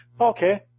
Okay